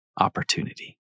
opportunity